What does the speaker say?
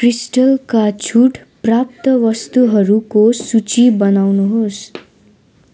क्रिस्टलका छुट प्राप्त वस्तुहरूको सूची बनाउनुहोस्